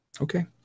Okay